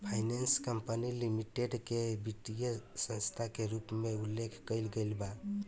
finance company limited के वित्तीय संस्था के रूप में उल्लेख कईल गईल बा